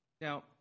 Now